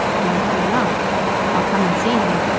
likely enough i'll come and see him,